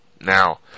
Now